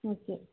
okay